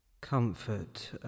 Comfort